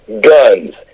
guns